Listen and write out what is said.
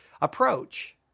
approach